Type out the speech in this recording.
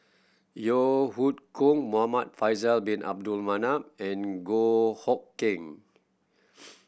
Yeo Hoe Koon Muhamad Faisal Bin Abdul Manap and Goh Hood Keng